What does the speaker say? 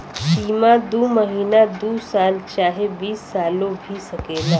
सीमा दू महीना दू साल चाहे बीस सालो भी सकेला